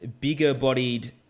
bigger-bodied